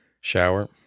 Shower